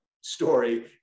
story